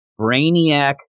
Brainiac